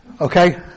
Okay